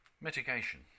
Mitigation